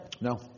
No